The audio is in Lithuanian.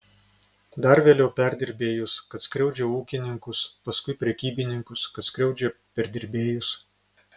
dar vėliau perdirbėjus kad skriaudžia ūkininkus paskui prekybininkus kad skriaudžia perdirbėjus